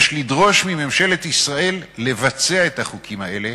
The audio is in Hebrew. יש לדרוש מממשלת ישראל לבצע את החוקים האלה